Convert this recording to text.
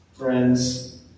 Friends